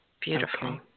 beautiful